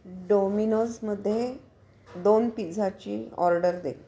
डोमिनोजमध्ये दोन पिझ्झाची ऑर्डर दे